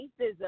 racism